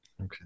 Okay